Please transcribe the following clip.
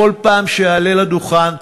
בכל פעם שאעלה לדוכן,